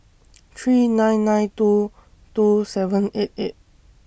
three nine nine two two seven eight eight